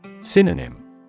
Synonym